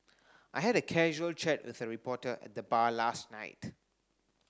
I had a casual chat with a reporter at the bar last night